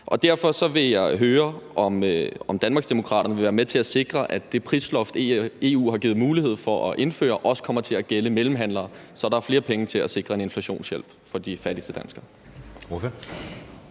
Derfor vil jeg høre, om Danmarksdemokraterne vil være med til at sikre, at det prisloft, EU har givet mulighed for at indføre, også kommer til at gælde mellemhandlere, så der er flere penge til at sikre en inflationshjælp for de fattigste danskere.